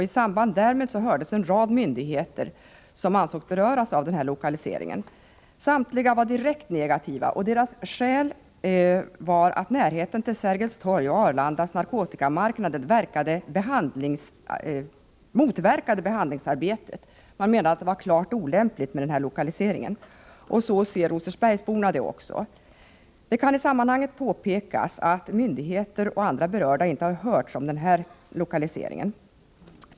I samband därmed hördes en rad myndigheter som ansågs vara berörda av en sådan lokalisering. Samtliga var direkt negativt inställda. Som skäl anfördes att närheten till Sergels torgs och Arlandas narkotikamarknader skulle motverka behandlingsarbetet. Man menade således att det var klart olämpligt med en sådan lokalisering, och så ser också rosersbergsborna på detta. Det kan i sammanhanget påpekas att myndigheter och andra berörda inte har hörts i fråga om den här lokaliseringen.